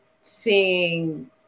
seeing